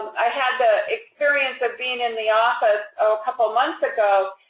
i had the experience of being in the office a couple of months ago.